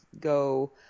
go –